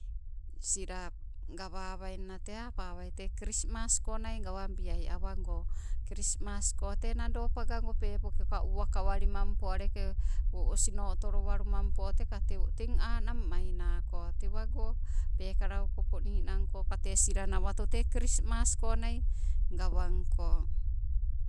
Sila gawawaii mna tee apawai, tee kirismas ko naii gawabiaii, awago krismas ko tee nado pagago peepokeka uwakewallimampo aleke, osino otolowalumampo tewo teeng anang, mainako, teewago pekalla okopo niinangko koa tee sila nawato tee krismasko naii gawanko.